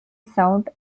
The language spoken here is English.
sound